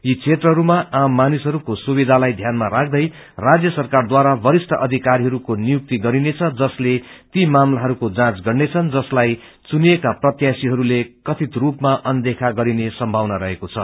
यी क्षेत्रहरूमा आम मानिसहरूको सुविधालाई धानमा राख्दै राजय सरकारद्वारा वरिष्ठ अधिकारीहरूको नियुक्ति गरिनेछ जसले ती मामलाहरूको जाँच गर्नेछन् जसलाई चुनिएका प्रत्याशिहरूले कथित रूपमा अनदेखा गरिने सम्भावना रहेको छ